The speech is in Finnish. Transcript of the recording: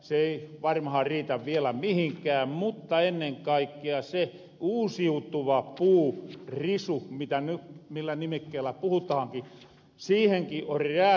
se ei varmaha riitä vielä mihinkään mutta ennen kaikkea se uusiutuva puurisu millä nimikkeellä puhutaanki siihenki on räätälöity